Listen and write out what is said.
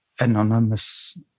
anonymous